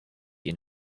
you